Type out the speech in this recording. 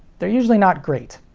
they're usually not great.